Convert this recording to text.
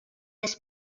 this